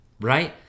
Right